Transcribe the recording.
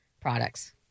products